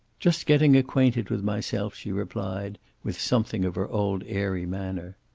just getting acquainted with myself, she replied, with something of her old airy manner.